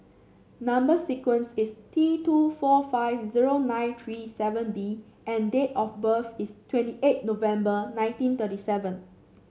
number sequence is T two four five zero nine three seven B and date of birth is twenty eight November nineteen thirty seven